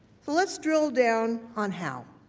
let's drill down on how.